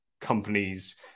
companies